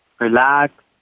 relax